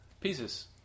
Pieces